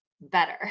better